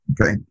Okay